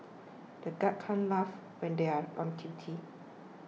the guards can't laugh when they are on duty